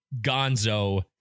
Gonzo